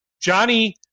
Johnny